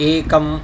एकम्